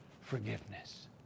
Forgiveness